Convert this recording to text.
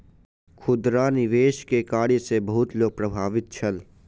खुदरा निवेश के कार्य सॅ बहुत लोक प्रभावित छल